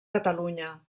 catalunya